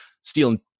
stealing